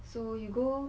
so you go